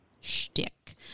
shtick